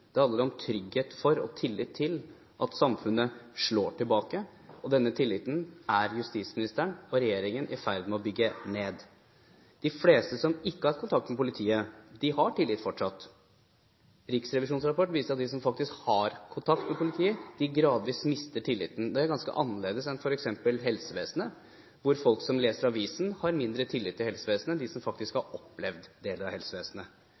Det handler om trygghet for og tillit til at samfunnet slår tilbake. Denne tilliten er justisministeren og regjeringen i ferd med å bygge ned. De fleste som ikke har hatt kontakt med politiet, har tillit fortsatt. Riksrevisjonens rapport viser at de som faktisk har kontakt med politiet, gradvis mister tilliten. Det er annerledes enn f.eks. i helsevesenet, hvor folk som leser avisen, har mindre tillit til helsevesenet enn de som faktisk har opplevd deler av helsevesenet.